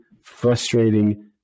frustrating